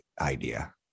idea